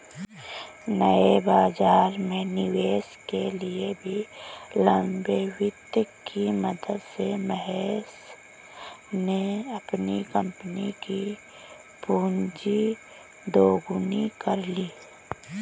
नए बाज़ार में निवेश के लिए भी लंबे वित्त की मदद से महेश ने अपनी कम्पनी कि पूँजी दोगुनी कर ली